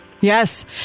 Yes